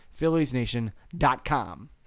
philliesnation.com